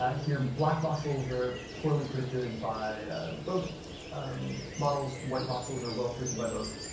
ah here black voxels are poorly predicted by both models. white voxels are well predicted by both.